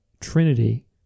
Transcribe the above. Trinity